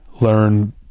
learn